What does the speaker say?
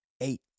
Eight